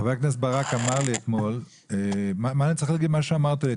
חבר הכנסת ברק אמר לי אתמול מה אני צריך להגיד מה שאמרת לי?